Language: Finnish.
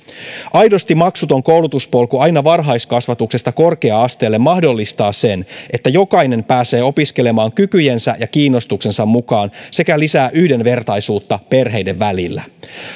aidosti maksuton koulutuspolku aina varhaiskasvatuksesta korkea asteelle mahdollistaa sen että jokainen pääsee opiskelemaan kykyjensä ja kiinnostuksensa mukaan sekä lisää yhdenvertaisuutta perheiden välillä